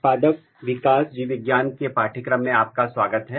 पादप विकास जीवविज्ञान के पाठ्यक्रम में आपका स्वागत है